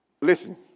Listen